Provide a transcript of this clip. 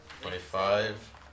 twenty-five